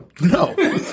no